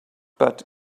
but